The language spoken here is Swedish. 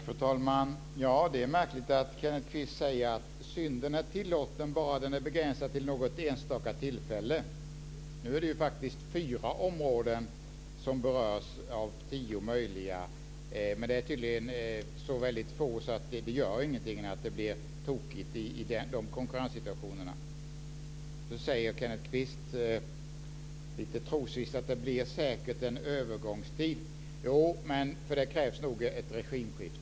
Fru talman! Det är märkligt att Kenneth Kvist säger att synden är tillåten bara den är begränsad till något enstaka tillfälle. Nu är det faktiskt fyra områden av tio möjliga som berörs, men det är tydligen så väldigt få att det inte gör någonting att det blir tokigt i de konkurrenssituationerna. Så säger Kenneth Kvist lite trosvisst att det säkert blir en övergångstid. Jo, men för det krävs nog ett regimskifte.